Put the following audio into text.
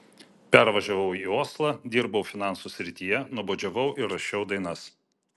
pervažiavau į oslą dirbau finansų srityje nuobodžiavau ir rašiau dainas